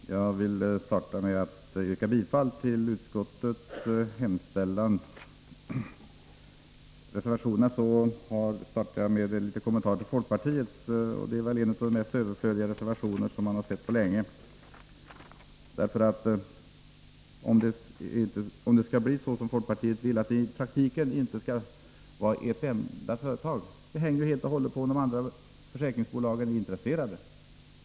Herr talman! Jag vill börja med att yrka bifall till utskottets hemställan. När det gäller reservationerna skall jag starta med en liten kommentar till folkpartiets reservation. Det är väl en av de mest överflödiga reservationer som man har sett på länge. Om det skall bli så som folkpartiet vill, att det i praktiken inte skall vara ett enda företag som är verksamt på detta försäkringsområde, hänger ju helt och hållet på om försäkringsbolagen är intresserade.